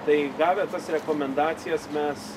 tai gavę tas rekomendacijas mes